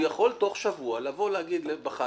הוא יכול תוך שבוע לבוא ולהגיד בחנתי,